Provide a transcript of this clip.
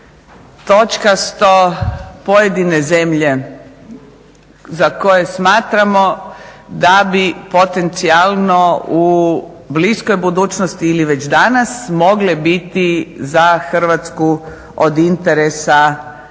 točkasto pojedine zemlje za koje smatramo da bi potencijalno u bliskoj budućnosti ili već danas mogle biti za Hrvatsku od interesa bilo